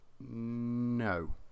no